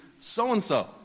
so-and-so